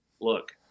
Look